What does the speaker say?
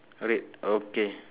red okay